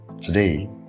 today